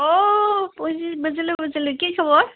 অহ বুজিলোঁ বুজিলোঁ কি খবৰ